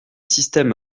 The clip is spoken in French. système